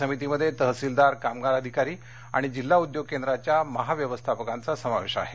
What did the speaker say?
समितीमध्ये तहसीलदार कामगार अधिकारी आणि जिल्हा उद्योग केंद्राच्या महाव्यवस्थापकांचा समावेश आहे